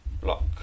block